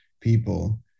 people